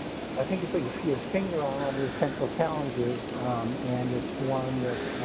i think you put your your finger all under the central challenges and it's one that.